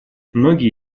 многие